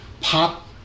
pop